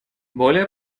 более